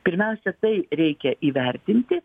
pirmiausia tai reikia įvertinti